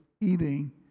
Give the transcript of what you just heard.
eating